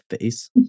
face